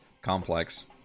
complex